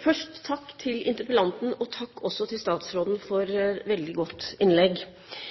Først: Takk til interpellanten, og takk også til statsråden for et veldig godt innlegg. I